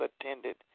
attended